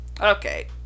Okay